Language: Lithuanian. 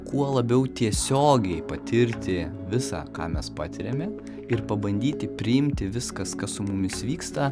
kuo labiau tiesiogiai patirti visa ką mes patiriame ir pabandyti priimti viskas kas su mumis vyksta